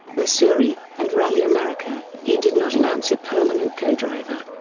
missouri and rally america, he did not announce a permanent co-driver.